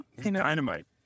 dynamite